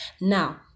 now